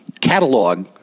catalog